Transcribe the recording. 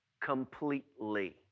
completely